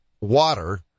water